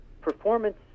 Performance